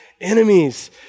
enemies